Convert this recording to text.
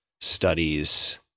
studies